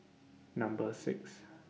Number six